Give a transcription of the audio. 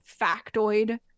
factoid